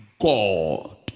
God